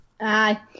Aye